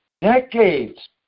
decades